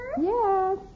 Yes